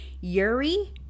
Yuri